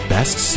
Best